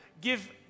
give